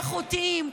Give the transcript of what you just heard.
איכותיים.